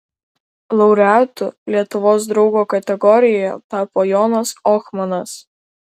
laureatu lietuvos draugo kategorijoje tapo jonas ohmanas